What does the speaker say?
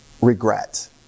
regret